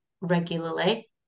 regularly